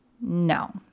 No